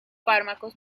fármacos